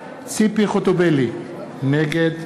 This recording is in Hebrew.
ציפי חוטובלי, נגד